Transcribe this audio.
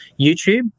YouTube